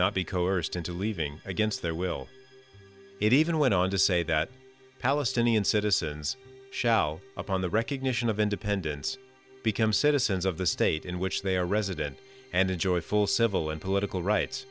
not be coerced into leaving against their will it even went on to say that palestinian citizens shall upon the recognition of independence become citizens of the state in which they are resident and enjoy full civil and political rights